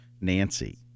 Nancy